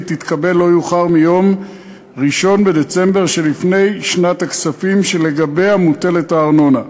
תתקבל לא יאוחר מיום 1 בדצמבר שלפני שנת הכספים שלגביה הארנונה מוטלת,